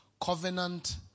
covenant